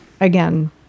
again